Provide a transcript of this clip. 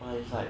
!wah! it's like